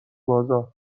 بازار